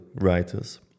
writers